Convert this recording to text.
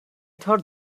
thought